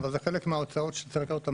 אבל זה חלק מההוצאות שצריך לקחת אותן